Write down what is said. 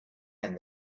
and